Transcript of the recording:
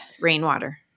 rainwater